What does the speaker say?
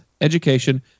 education